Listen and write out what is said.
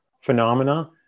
phenomena